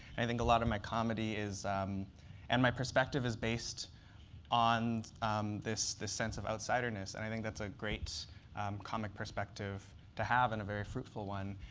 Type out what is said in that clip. i think a lot of my comedy and my perspective is based on um this this sense of outsiderness. and i think that's a great comic perspective to have and a very fruitful one.